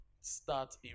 start